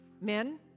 men